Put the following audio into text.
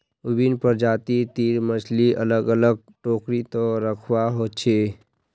विभिन्न प्रजाति तीर मछली अलग अलग टोकरी त रखवा हो छे